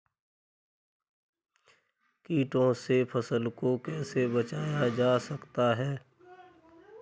कीटों से फसल को कैसे बचाया जा सकता है?